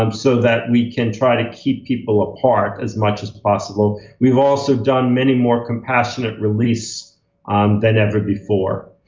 um so that we can try to keep people apart as much as possible. we've also done many more compassionate release than ever before.